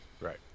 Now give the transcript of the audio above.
Right